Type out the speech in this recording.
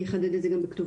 אני אחדד את זה גם בכתב.